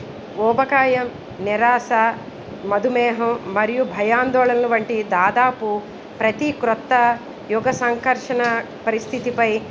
ఊబకాయం నిరాశ మధుమేహం మరియు భయాందోళన వంటి దాదాపు ప్రతీ క్రొత్త యుగ సంఘర్షణ పరిస్థితిపై